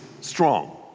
strong